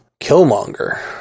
Killmonger